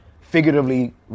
figuratively